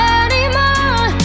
anymore